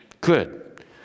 Good